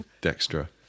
dextra